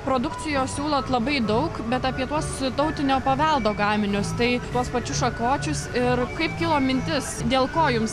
produkcijos siūlot labai daug bet apie tuos tautinio paveldo gaminius tai tuos pačius šakočius ir kaip kilo mintis dėl ko jums